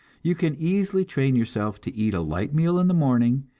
you can easily train yourself to eat a light meal in the morning,